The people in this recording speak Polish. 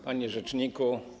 Panie Rzeczniku!